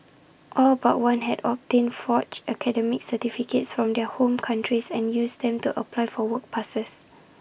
all but one had obtained forged academic certificates from their home countries and used them to apply for work passes